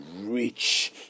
rich